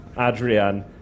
Adrian